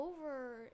over